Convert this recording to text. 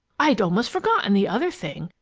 i'd almost forgotten the other thing.